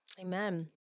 Amen